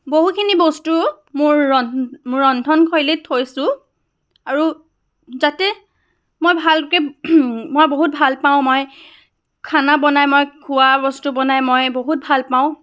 বহুখিনি বস্তু মোৰ ৰন মোৰ ৰন্ধনশৈলীত থৈছোঁ আৰু যাতে মই ভালকৈ মই বহুত ভাল পাওঁ মই খানা বনাই মই খোৱা বস্তু বনাই মই বহুত ভাল পাওঁ